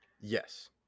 yes